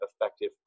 effective